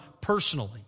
personally